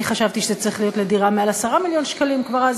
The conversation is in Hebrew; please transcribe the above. אני חשבתי שזה צריך להיות לדירה מעל 10 מיליון שקלים כבר אז,